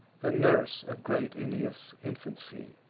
the nurse of great aeneas' infancy.